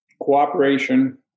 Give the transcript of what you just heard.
cooperation